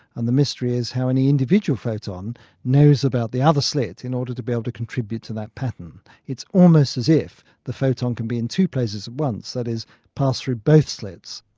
and the mystery is how any individual photon knows about the other slit in order to be able to contribute to that pattern. it's almost as if the photon can be in two places at once, that is pass through both slits.